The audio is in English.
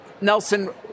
Nelson